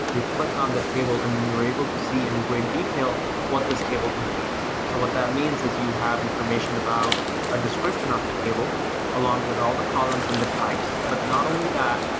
you click on the table and then you're able to see in great detail what this table contains. so what that means is you have information about a description of the table along with all the columns and the types. but not only that,